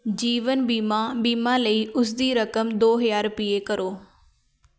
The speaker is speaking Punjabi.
ਜੀਵਨ ਬੀਮਾ ਬੀਮਾ ਲਈ ਉਸ ਦੀ ਰਕਮ ਦੋ ਹਜ਼ਾਰ ਰੁਪਈਏ ਕਰੋ